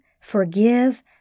forgive